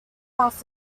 half